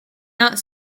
not